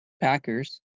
Packers